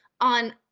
on